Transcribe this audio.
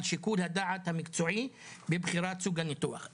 שיקול הדעת המקצועי בבחירת סוג הניתוח..".